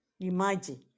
Imagine